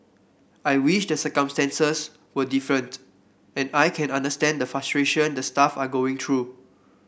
I wish the circumstances were different and I can understand the frustration the staff are going through